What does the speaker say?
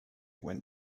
went